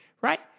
right